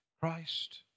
Christ